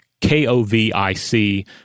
K-O-V-I-C